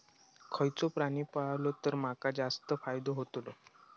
खयचो प्राणी पाळलो तर माका जास्त फायदो होतोलो?